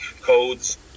codes